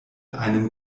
einem